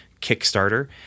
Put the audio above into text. kickstarter